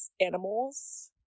animals